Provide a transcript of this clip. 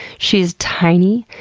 she's tiiiny,